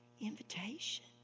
invitation